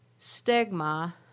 stigma